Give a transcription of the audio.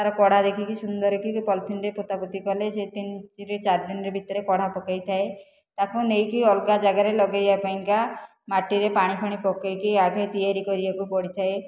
ତାର କଡ଼ା ଦେଖିକି ସୁନ୍ଦରରେ ପଲିଥିନ୍ ରେ ପୋତାପୋତି କଲେ ସେ ତିନି ତିନି ଚାରି ଦିନ ଭିତରେ କଢ଼ା ପକେଇଥାଏ ତାକୁ ନେଇକି ଅଲଗା ଜାଗାରେ ଲଗେଇବା ପାଇଁକା ମାଟିରେ ପାଣି ଫାଣୀ ପକେଇକି ଆଗେ ତିଆରି କରିବାକୁ ପଡ଼ିଥାଏ